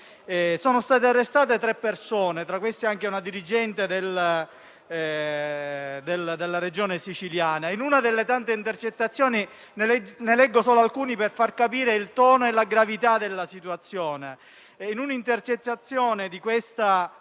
Sono state arrestate tre persone e tra queste anche una dirigente della Regione Siciliana. Delle tante intercettazioni ne leggo solo alcune, per far capire il tono e la gravità della situazione. Da un'intercettazione risulta